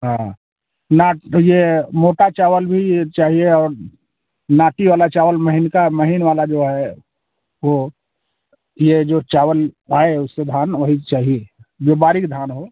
हाँ ना तो ये मोटा चावल भी चाहिए और नाटी वाला चावल महीन का महीन वाला जो है वो ये जो चावल आए उसके धान वही चाही जो बारीक धान हो